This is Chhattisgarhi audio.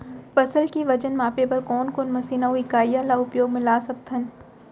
फसल के वजन मापे बर कोन कोन मशीन अऊ इकाइयां ला उपयोग मा ला सकथन?